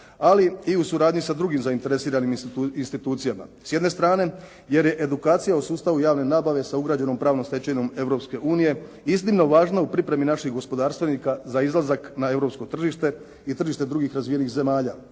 ali i u suradnji sa drugim zainteresiranim institucijama. S jedne strane jer je edukacija u sustavu javne nabave sa ugrađenom pravnom stečevinom Europske unije iznimno važna u pripremi naših gospodarstvenika za izlazak na europsko tržište i tržište drugih razvijenih zemalja.